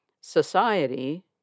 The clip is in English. Society